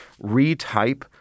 retype